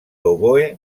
oboè